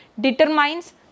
determines